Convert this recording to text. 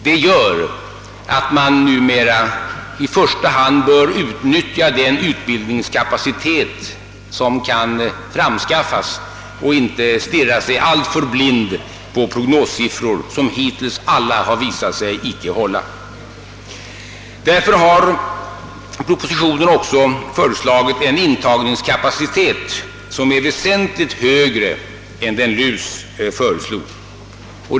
Detta gör att man numera i första hand bör utnyttja den utbildningskapacitet som kan framskaffas och inte stirra sig alltför blind på prognossiffror, som hittills alla har visat sig icke hålla. Därför har propositionen också föreslagit en intagningskapacitet, som är väsentligt högre än den LUS föreslog.